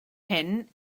hyn